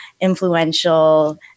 influential